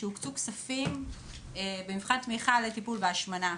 בה הוקצו כספים במבחן תמיכה לטיפול בהשמנה.